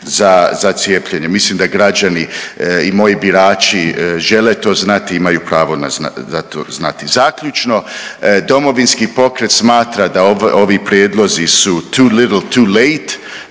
za cijepljenje. Mislim da građani i moji birači žele to znati i imaju pravo to znati. Zaključno, Domovinski pokret smatra da ovi prijedlozi su too little too late.